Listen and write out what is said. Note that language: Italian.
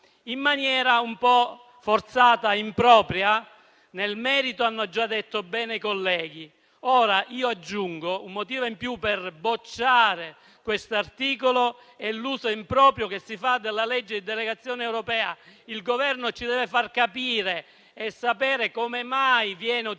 in maniera forse un po' forzata e impropria. Sul merito si sono già ben espressi i colleghi. Ora aggiungo un motivo in più per bocciare questo articolo e l'uso improprio che si fa della legge di delegazione europea. Il Governo ci deve far capire e far sapere come mai viene utilizzato